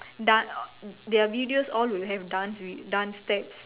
dance or their videos will all have dance vi dance steps